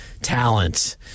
talent